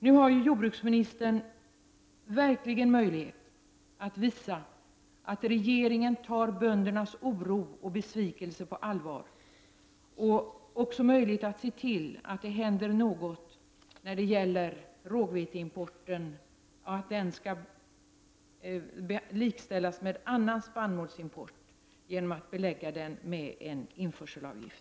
Nu har jordbruksministern verkligen möjlighet att visa att regeringen tar böndernas oro och besvikelse på allvar. Han har också möjlighet att se till att det händer något när det gäller rågveteimporten, så att den likställs med annan spannmålsimport och beläggs med en införselavgift.